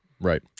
Right